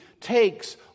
takes